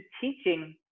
teaching